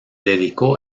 dedicó